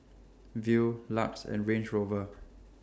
Viu LUX and Range Rover